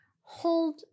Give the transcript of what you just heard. hold